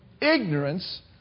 ignorance